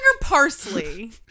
Parsley